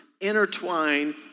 intertwine